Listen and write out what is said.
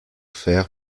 fer